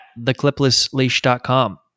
thecliplessleash.com